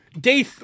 Day